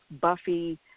Buffy